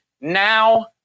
Now